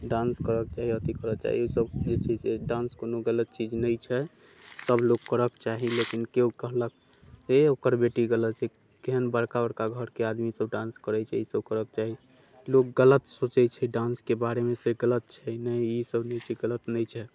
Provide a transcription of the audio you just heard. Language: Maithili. डांस करऽके चाही अथी करऽके चाही ओ सब जे छै से डांस कोनो गलत चीज नहि छै सब लोक करऽके चाही लेकिन केओ कहलक हे ओकर बेटी गलत छै केहन बड़का बड़का घरके आदमी सब डांस करैत छै ई सब करक चाही लोक गलत सोचैत छै डांसके बारेमे से गलत छै नहि ई सब नहि छै गलत नहि छै